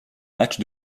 matchs